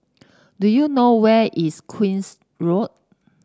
do you know where is Queen's Road